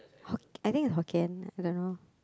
hok~ I think it's Hokkien I don't know